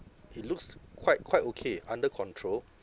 it looks quite quite okay under control